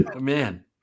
man